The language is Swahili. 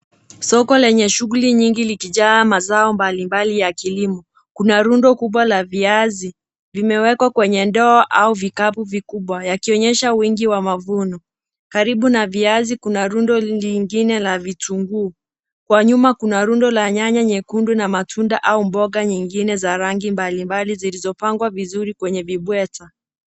Soko lenye shuguli nyingi likijaa mazao mbalimbali ya kilimo. Kuna rundo kubwa la viazi, vimewekwa kwenye ndoo au vikapu vikubwa yakionyesha uwingi wa mavuno. Karibu na viazi, kuna rundo lingine la vitunguu. Kwa nyuma kuna rundo la nyanya nyekundu na matunda au mboga nyingine za rangi mbalimbali zilizopangwa vizuri kwenye vibweta.